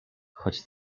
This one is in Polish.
choć